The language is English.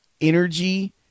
energy